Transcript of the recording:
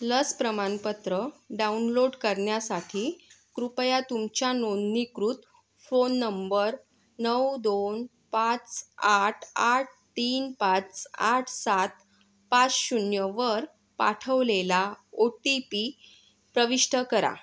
लस प्रमाणपत्र डाउनलोड करण्यासाठी कृपया तुमच्या नोंदणीकृत फोन नंबर नऊ दोन पाच आठ आठ तीन पाच आठ सात पाच शून्यवर पाठवलेला ओ टी पी प्रविष्ट करा